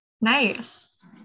Nice